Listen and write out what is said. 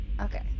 Okay